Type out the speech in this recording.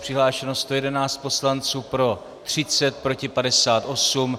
Přihlášeno 111 poslanců, pro 30, proti 58.